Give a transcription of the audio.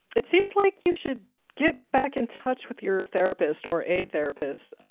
it seems like you should get back in touch with your therapist or a therapist.